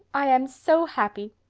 i am so happy!